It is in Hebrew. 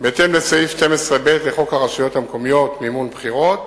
בהתאם לסעיף 12ב לחוק הרשויות המקומיות (מימון בחירות),